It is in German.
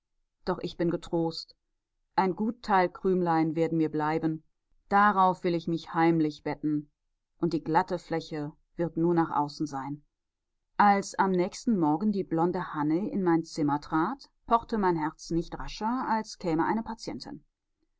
doch ich bin getrost ein gut teil krümlein werden mir bleiben darauf will ich mich heimlich betten und die glatte fläche wird nur nach außen sein als am nächsten morgen die blonde hanne in mein zimmer trat pochte mein herz nicht rascher als käme eine patientin